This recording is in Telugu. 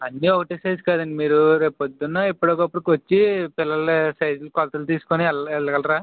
అన్నీ ఒకటే సైజు కదండి మీరు రేపు పొద్దున్న ఎప్పుడో ఒకప్పుడు వచ్చి పిల్లల సైజులు కొలతలు తీసుకుని వెళ్ళ వెళ్ళగలరా